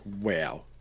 wow